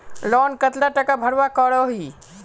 Loan कतला टाका भरवा करोही?